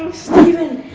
stephen,